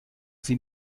sie